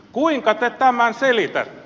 kuinka te tämän selitätte